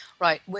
Right